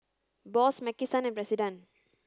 Bose Maki San and President